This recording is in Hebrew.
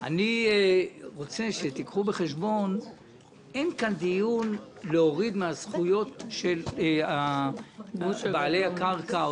אני רוצה שתיקחו בחשבון שאין כאן דיון להוריד מהזכויות של בעלי הקרקע.